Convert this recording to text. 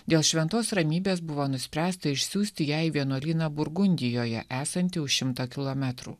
dėl šventos ramybės buvo nuspręsta išsiųsti ją į vienuolyną burgundijoje esantį už šimto kilometrų